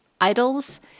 idols